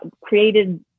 created